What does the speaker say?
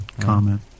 comment